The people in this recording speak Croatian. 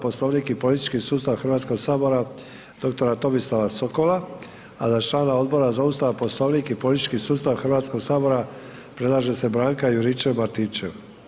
Poslovnik i politički sustav Hrvatskog sabora dr. Tomislava Sokola a za člana Odbora za Ustav, Poslovnik i politički sustav Hrvatskog sabora predlaže se Branka Juričev Martinčev.